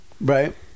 right